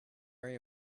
worry